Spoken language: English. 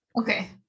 Okay